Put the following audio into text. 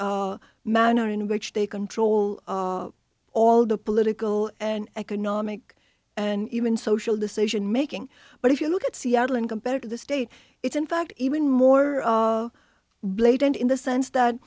manner in which they control all the political and economic and even social decisionmaking but if you look at seattle and compared to the state it's in fact even more blatant in the sense that